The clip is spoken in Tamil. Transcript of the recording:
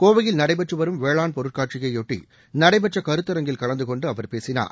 கோவையில் நடைபெற்று வரும் வேளாண் பொருட்காட்சியை பொட்டி நடைபெற்ற கருத்தர்கில் கலந்து கொண்டு அவர் பேசினார்